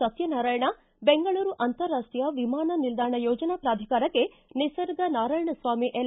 ಸತ್ಯ ನಾರಾಯಣ ಬೆಂಗಳೂರು ಅಂತಾರಾಷ್ಟೀಯ ವಿಮಾನ ನಿಲ್ದಾಣ ಯೋಜನಾ ಪ್ರಾಧಿಕಾರಕ್ಕೆ ನಿಸರ್ಗ ನಾರಾಯಣಸ್ವಾಮಿ ಎಲ್